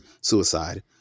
suicide